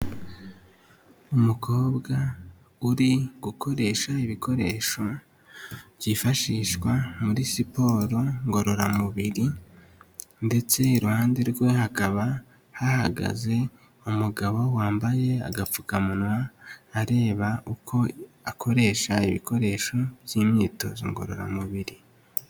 Umukobwa uri gukoresha ibikoresho byifashishwa muri siporo ngororamubiri ndetse iruhande rwe hakaba hahagaze umugabo wambaye agapfukamunwa, areba uko akoresha ibikoresho by'imyitozo ngororamubiri.